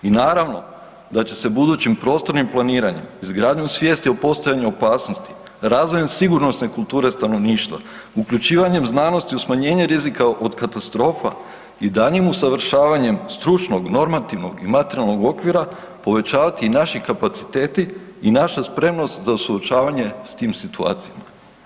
I naravno da će se budućim prostornim planiranjem, izgradnjom svijesti o postojanju opasnosti, razvojem sigurnosne kulture stanovništva, uključivanjem znanosti u smanjenje rizika od katastrofa i daljnjim usavršavanjem stručnog, normativnog i materijalnog okvira povećavati i naši kapaciteti i naša spremnost za suočavanje sa tim situacijama.